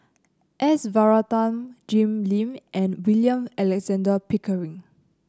S Varathan Jim Lim and William Alexander Pickering